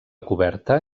coberta